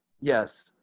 yes